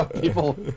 People